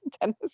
tennis